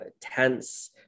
tense